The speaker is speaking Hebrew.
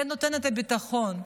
זה נותן את הביטחון.